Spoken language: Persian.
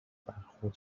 برخورد